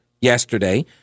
yesterday